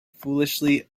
foolishly